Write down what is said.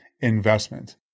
investment